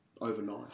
overnight